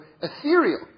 ethereal